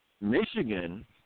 Michigan